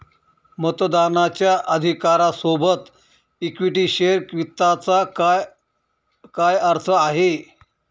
मतदानाच्या अधिकारा सोबत इक्विटी शेअर वित्ताचा काय अर्थ आहे?